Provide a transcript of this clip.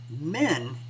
men